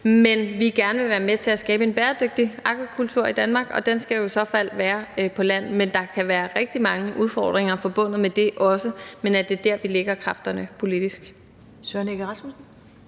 Men vi vil gerne være med til at skabe en bæredygtig akvakultur i Danmark, og den skal i så fald være på land. Der kan også være rigtig mange udfordringer forbundet med det, men det er der, vi lægger kræfterne politisk. Kl. 15:08 Første